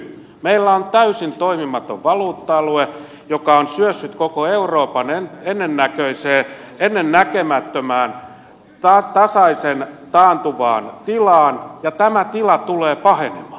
meillä on täysin toimimaton valuutta alue joka on syössyt koko euroopan ennennäkemättömään tasaisen taantuvaan tilaan ja tämä tila tulee pahenemaan